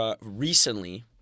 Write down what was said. recently